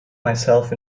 myself